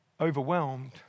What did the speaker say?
overwhelmed